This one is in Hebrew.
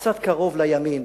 קצת קרוב לימין,